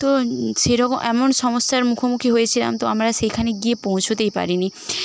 তো সেরকম এমন সমস্যার মুখোমুখি হয়েছিলাম তো আমরা সেইখানে গিয়ে পৌঁছোতেই পারিনি